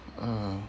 uh